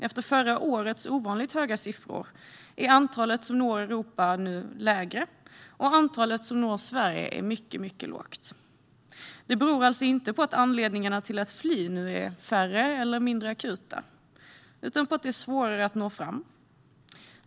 Efter förra årets ovanligt höga siffror är antalet som når Europa nu lägre, och antalet som når Sverige är mycket lågt. Det beror inte på att anledningarna till att fly är färre eller mindre akuta utan på att det är svårare att nå fram.